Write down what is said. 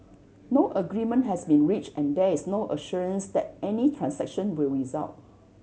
no agreement has been reached and there is no assurance that any transaction will result